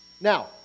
Now